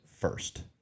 first